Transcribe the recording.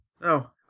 No